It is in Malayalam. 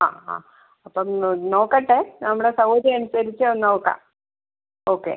ആ ആ അപ്പം ഒന്ന് നോക്കട്ടെ നമ്മുടെ സൗകര്യം അനുസരിച്ച് നോക്കാം ഓക്കെ